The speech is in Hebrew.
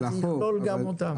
זה יכלול גם אותם.